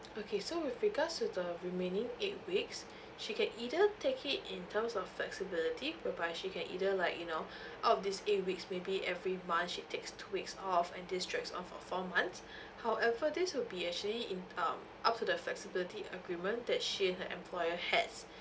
okay so with regards to the remaining eight weeks she can either take it in terms of flexibility whereby she can either like you know out of these eight weeks maybe every month she takes two weeks off and this drags on for four months however this will be actually in um up to the flexibility agreement that she and her employer has